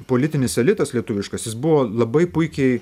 politinis elitas lietuviškasis buvo labai puikiai